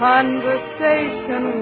conversation